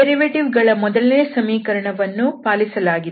ಉತ್ಪನ್ನಗಳ ಮೊದಲನೇ ಸಮೀಕರಣವನ್ನೂ ಪಾಲಿಸಲಾಗಿದೆ